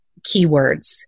keywords